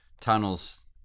tunnels